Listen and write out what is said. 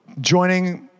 joining